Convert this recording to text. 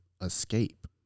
escape